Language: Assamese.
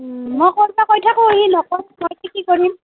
মই কৈ দিব কৈ থাকোঁ সি নকয় মই কি কি কৰিম